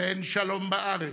תן שלום בארץ,